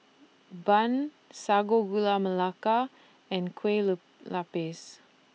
Bun Sago Gula Melaka and Kue Look Lupis